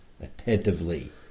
attentively